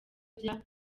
bya